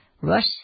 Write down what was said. Rush